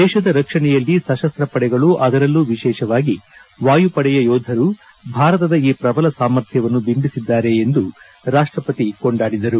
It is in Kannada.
ದೇಶದ ರಕ್ಷಣೆಯಲ್ಲಿ ಸತಸ್ತ ಪಡೆಗಳು ಅದರಲ್ಲೂ ವಿಶೇಷವಾಗಿ ವಾಯುಪಡೆಯ ಯೋಧರು ಭಾರತದ ಈ ಪ್ರಬಲ ಸಾಮರ್ಥ್ಯವನ್ನು ಬಿಂಬಿಸಿದ್ದಾರೆ ಎಂದು ರಾಷ್ಟಪತಿ ಕೊಂಡಾಡಿದರು